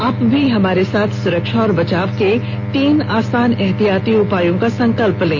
आप भी हमारे साथ सुरक्षा और बचाव के तीन आसान एहतियाती उपायों का संकल्प लें